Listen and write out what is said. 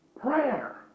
Prayer